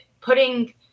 putting